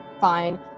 fine